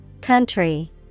Country